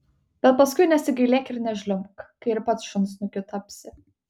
bet paskui nesigailėk ir nežliumbk kai ir pats šunsnukiu tapsi